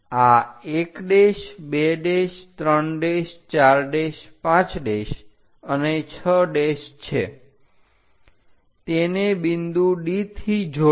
આ 1 2 3 4 5 અને 6 છે તેને બિંદુ D થી જોડો